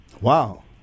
Wow